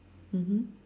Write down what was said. mmhmm